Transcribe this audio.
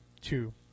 two